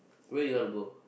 where you want to go